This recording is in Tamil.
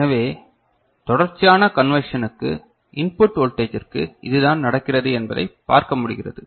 எனவே தொடர்ச்சியான கண்வேர்ஷனக்கு இன்புட் வோல்டேஜ்ற்கு இது தான் நடக்கிறது என்பதை பார்க்க முடிகிறது